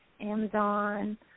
Amazon